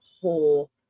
whole